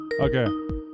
Okay